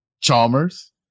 Chalmers